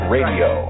Radio